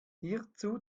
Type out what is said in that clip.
hierzu